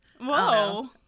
Whoa